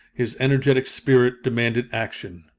his energetic spirit demanded action.